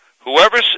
whoever